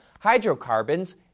hydrocarbons